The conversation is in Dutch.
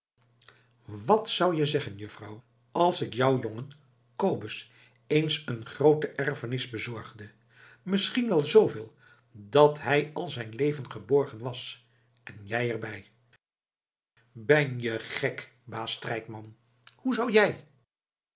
wat zou je zeggen juffrouw als ik jou jongen kobus eens een groote erfenis bezorgde misschien wel zooveel dat hij al zijn leven geborgen was en jij er bij ben je gek baas strijkman hoe zou jij